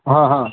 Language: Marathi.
हां हां